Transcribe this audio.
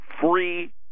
free